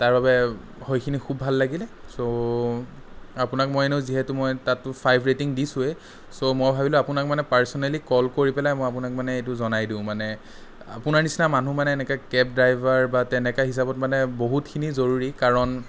তাৰবাবে সেইখিনি খুব ভাল লাগিলে চ' আপোনাক মই এনেও যিহেতু মই তাতো ফাইভ ৰেটিং দিছোঁৱেই চ' মই ভাবিলোঁ আপোনাক মানে পাৰ্চনেলি কল কৰি পেলাই মই আপোনাক মানে এইটো জনাই দিওঁ মানে আপোনাৰ নিচিনা মানুহ মানে এনেকে কেব ড্ৰাইভাৰ বা তেনেকে হিচাপত মানে বহুতখিনি জৰুৰী কাৰণ